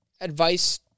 advice